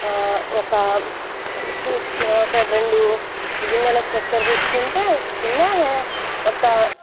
ఒక టూ ఒక రెండు గిన్నెల చక్కర తీసుకుంటే ఒక గిన్నె ఒక